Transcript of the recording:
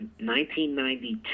1992